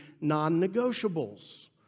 non-negotiables